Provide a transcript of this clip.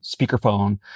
speakerphone